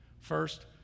First